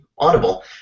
audible